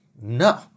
No